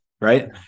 right